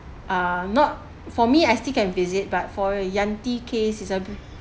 err not for me I still can visit but for Yanti case is a